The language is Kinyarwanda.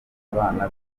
abana